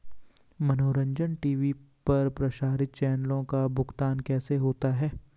मनोरंजन टी.वी पर प्रसारित चैनलों का भुगतान कैसे होता है?